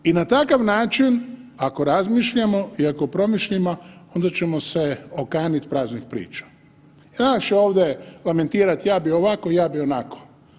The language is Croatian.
I na takav način, ako razmišljamo i ako promišljamo onda ćemo se okanit praznih priča i onda će ovdje lamentirati ja bi ovako, ja bi onako.